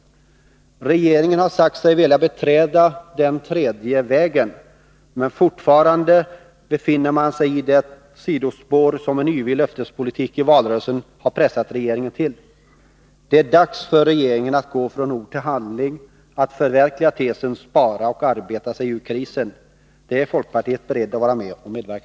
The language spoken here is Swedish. Regeringen har sagt sig vilja beträda ”den tredje vägen”, men fortfarande befinner sig regeringen på det sidospår som en yvig löftespolitik i valrörelsen pressade den till. Det är dags för regeringen att gå från ord till handling, att förverkliga tesen spara och arbeta sig ur krisen. Där är folkpartiet berett att vara med och medverka.